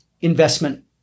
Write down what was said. investment